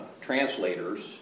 translators